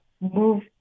move